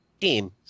team